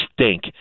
stink